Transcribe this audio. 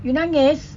you nangis